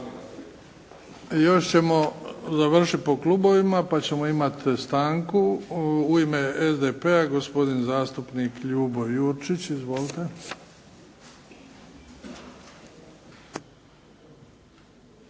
Još ćemo završiti po klubovima, pa ćemo imati stanku. U ime SDP-a gospodin zastupnik Ljubo Jurčić. Izvolite.